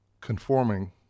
conforming